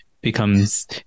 becomes